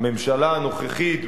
שבממשלה הנוכחית,